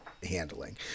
handling